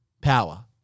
power